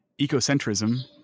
ecocentrism